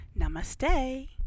Namaste